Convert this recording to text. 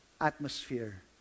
atmosphere